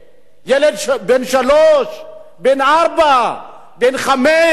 ילד בן שלוש, בן ארבע, בן חמש?